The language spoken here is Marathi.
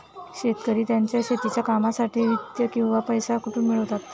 शेतकरी त्यांच्या शेतीच्या कामांसाठी वित्त किंवा पैसा कुठून मिळवतात?